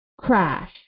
crash